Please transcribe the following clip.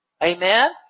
Amen